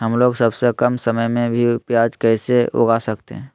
हमलोग सबसे कम समय में भी प्याज कैसे उगा सकते हैं?